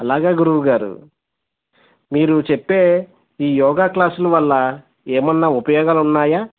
అలాగా గురువుగారు మీరు చెప్పే ఈ యోగా క్లాసుల వల్ల ఏమన్నా ఉపయోగాలున్నాయా